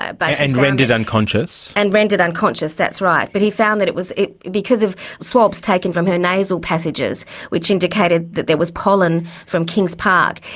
ah but. and rendered unconscious? and rendered unconscious, that's right, but he found that it was. it. because of swabs taken from her nasal passages which indicated that there was pollen from kings park,